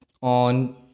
on